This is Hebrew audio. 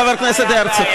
חבר הכנסת הרצוג?